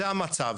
זה המצב,